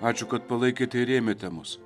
ačiū kad palaikėte ir rėmėte mus